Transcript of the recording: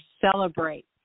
celebrate